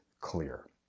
clear